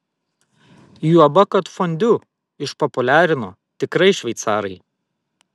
juoba kad fondiu išpopuliarino tikrai šveicarai